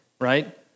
right